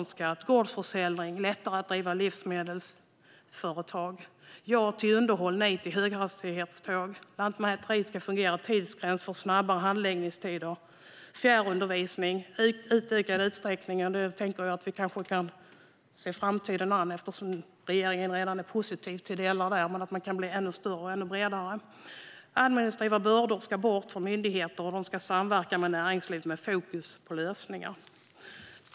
Vi säger ja till gårdsförsäljning, och vi vill att det ska bli lättare att driva livsmedelsföretag. Vi säger ja till underhåll och nej till höghastighetståg. Lantmäteriet ska fungera, och vi vill ha en tidsgräns för snabbare handläggningstider. Vi vill se fjärrundervisning i ökad utsträckning. Vi tänker att vi kanske kan se framtiden an där eftersom regeringen redan är positiv till delar av detta, men det kan bli ännu större och bredare. Anmälningsdrivna bördor ska bort från myndigheter, och de ska samverka med näringslivet med fokus på lösningar.